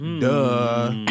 Duh